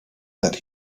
that